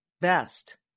best